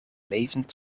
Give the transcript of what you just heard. levend